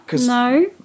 no